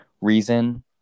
reason